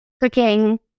cooking